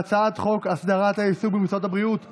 ההצעה להעביר את הצעת חוק הסדרת העיסוק במקצועות הבריאות (תיקון,